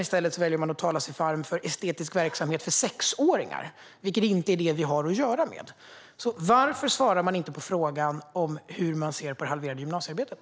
I stället väljer man att tala sig varm för estetisk verksamhet för sexåringar, vilket inte är det som vi har att göra med. Varför svarar man inte på frågan hur man ser på det halverade gymnasiearbetet?